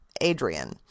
Adrian